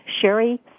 Sherry